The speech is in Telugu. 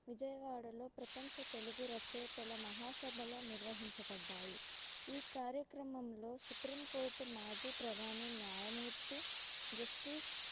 విజయవాడలో ప్రపంచ తెలుగు రచేతల మహాసభల నిర్వహించబడ్డాయి ఈ కార్యక్రమంలో సుప్రీమ్ కోర్ట్ మాజీ ప్రధాని న్యాయమూర్తి జస్టీస్